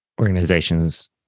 organizations